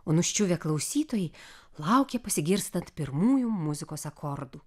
o nuščiuvę klausytojai laukė pasigirstant pirmųjų muzikos akordų